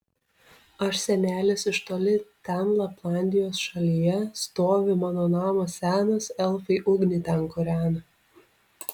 aš senelis iš toli ten laplandijos šalyje stovi mano namas senas elfai ugnį ten kūrena